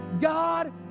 God